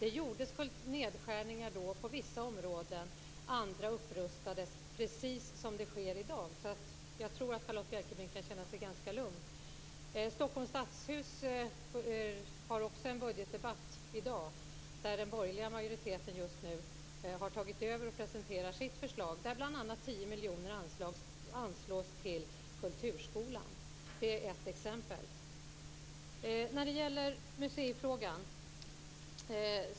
Det gjordes nedskärningar på vissa områden och andra upprustades, precis som det sker i dag. Jag tror att Charlotta Bjälkebring kan känna sig ganska lugn. Stockholms stadshus har en budgetdebatt i dag. Den borgerliga majoriteten har tagit över och presenterar sitt förslag. Bl.a. 10 miljoner anslås till kulturskolan. Det är ett exempel. Sedan var det museifrågan.